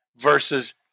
versus